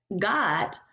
God